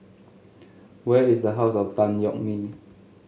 where is the House of Tan Yeok Nee